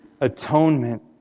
atonement